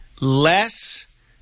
less